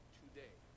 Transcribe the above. today